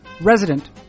resident